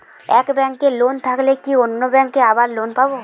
এক ব্যাঙ্কে লোন থাকলে কি অন্য ব্যাঙ্কে আবার লোন পাব?